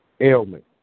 ailment